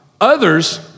Others